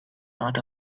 not